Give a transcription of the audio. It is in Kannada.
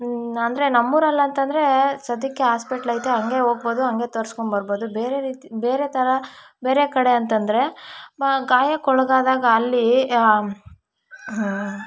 ಅಂದರೆ ನಮ್ಮೂರಲ್ಲಿ ಅಂತಂದರೆ ಸದ್ಯಕ್ಕೆ ಆಸ್ಪಿಟ್ಲ್ ಐತೆ ಹಂಗೆ ಹೋಗ್ಬೋದು ಹಂಗೆ ತೋರಿಸ್ಕೊಂಡ್ಬರ್ಬೋದು ಬೇರೆ ರೀತಿ ಬೇರೆ ಥರ ಬೇರೆ ಕಡೆ ಅಂತಂದರೆ ಗಾಯಕ್ಕೊಳಗಾದಾಗ ಅಲ್ಲಿ